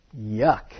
yuck